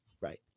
right